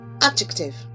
Adjective